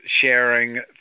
sharing